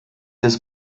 des